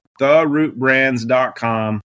therootbrands.com